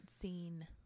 seen